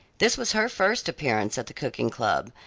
this was her first appearance at the cooking-club,